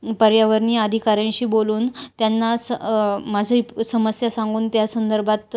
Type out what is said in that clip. पर्यावरणीय आधिकाऱ्यांशी बोलून त्यांना स माझं समस्या सांगून त्या संदर्भात